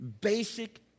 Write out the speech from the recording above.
basic